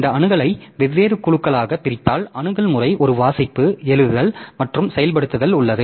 இந்த அணுகலை வெவ்வேறு குழுக்களாகப் பிரித்தால் அணுகல் முறை ஒரு வாசிப்பு எழுதுதல் மற்றும் செயல்படுத்துதல் உள்ளது